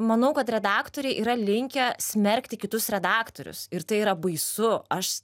manau kad redaktoriai yra linkę smerkti kitus redaktorius ir tai yra baisu aš